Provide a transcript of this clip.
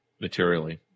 materially